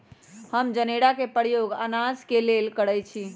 हम जनेरा के प्रयोग अनाज के लेल करइछि